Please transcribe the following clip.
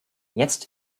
jetzt